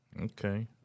Okay